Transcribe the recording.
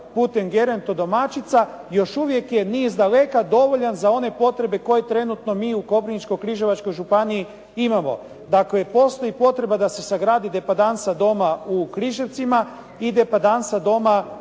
putem gerontodomaćica još uvijek je ni iz daleka dovoljan za one potrebe koje trenutno mi u Koprivničko-križevačkoj županiji imamo. Dakle, postoji potreba da se sagradi depadansa doma u Križevcima i depadansa doma